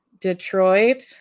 Detroit